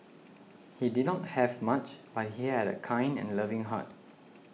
he did not have much but he had a kind and loving heart